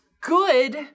good